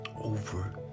over